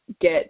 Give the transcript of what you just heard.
get